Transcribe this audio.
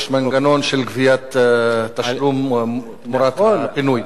יש מנגנון של גביית תשלום תמורת הפינוי.